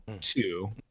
Two